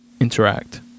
interact